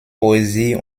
poesie